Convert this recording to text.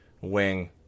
wing